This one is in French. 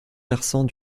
versant